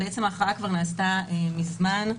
ההכרעה כבר נעשתה מזמן.